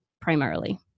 primarily